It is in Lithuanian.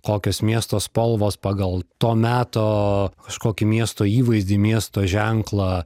kokios miesto spalvos pagal to meto kažkokį miesto įvaizdį miesto ženklą